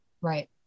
Right